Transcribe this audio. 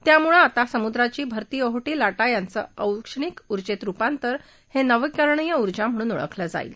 यामुळे आता समुद्राची भरती ओहोटी लाटा याचं औष्णिक उर्जेत रुपांतर हे नवीकरणीय उर्जा म्हणून ओळखलं जाईल